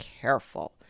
careful